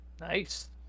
Nice